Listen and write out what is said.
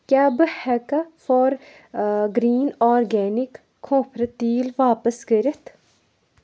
کیٛاہ بہٕ ہٮ۪کا فار گرٛیٖن آرگینِک کھوٗپھرٕ تیٖل واپس کٔرِتھ